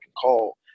call